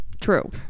True